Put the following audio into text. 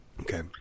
Okay